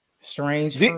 Strange